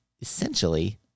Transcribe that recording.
essentially